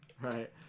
Right